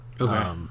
Okay